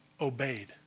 obeyed